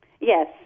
Yes